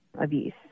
abuse